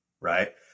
Right